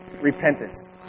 repentance